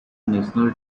national